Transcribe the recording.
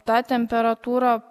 tą temperatūrą